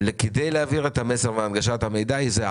כדי להעביר את המסר ואת הנגשת המידע היא זהה?